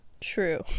True